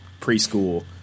preschool